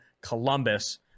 Columbus